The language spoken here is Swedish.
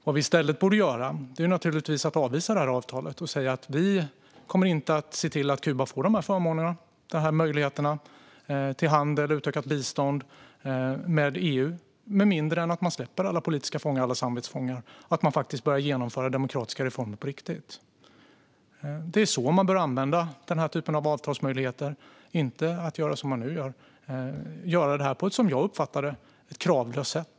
Vad vi i stället borde göra är naturligtvis att avvisa avtalet och säga: Vi kommer att se till att Kuba inte får de här förmånerna och möjligheterna till handel och utökat bistånd med EU med mindre än att man släpper alla politiska fångar och samvetsfångar och att man börjar genomföra demokratiska reformer på riktigt. Det är så man bör använda den här typen av avtalsmöjligheter. Man bör inte göra som man nu gör: på ett som jag uppfattar det kravlöst sätt.